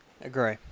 Agree